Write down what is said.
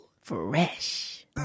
Fresh